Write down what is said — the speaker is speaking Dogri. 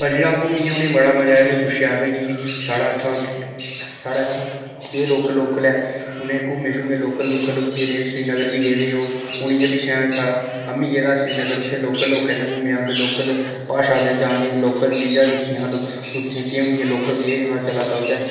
पतनीटाॅप घूमियै उ'नें गी बड़ा मजा आया उ'नें गी पुच्छेआ असें कि साढ़ै इत्थूं दा केह् लोकल लोकल ऐ घूमे शूमे लोकल लूकल फिरे श्रीनगर बी गेदे हे ओह् हुन इयां पिच्छैं जेह् आम्मी गेदा हा श्रीनगर उत्थै लोकल लौकें नै घूमेआ उं'दी लोकल भाशा में जानी लोकल चीजां दिक्खियां लोकल केह् हा चला दा हुंदै